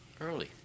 Early